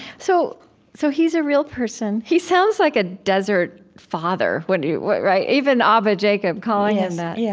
so so he's a real person. he sounds like a desert father when you right, even abba jacob, calling him that yeah.